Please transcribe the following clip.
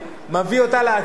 מביא אותה להצבעה,